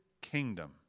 kingdom